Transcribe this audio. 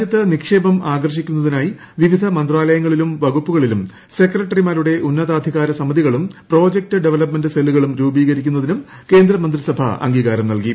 രാജൃത്ത് നിക്ഷേപം ആകർഷിക്കുന്നതിനായി വിവിധ മന്ത്രാലയങ്ങളിലും വകുപ്പുകളിലും സെക്രട്ടറിമാരുടെ ഉന്നതാധികാരസമിതികളും പ്രോജക്ട് ഡെവലപ്മെന്റ് സെല്ലുകളും രൂപീകരിക്കുന്നതിനും കേന്ദ്രമന്ത്രിസഭ അംഗീകാരം നല്കി